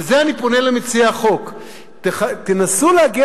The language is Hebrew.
בזה אני פונה אל מציע החוק: תנסו להגיע